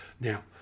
Now